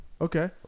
Okay